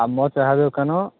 ଆମ ଚାହା ଦୋକାନ